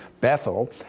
Bethel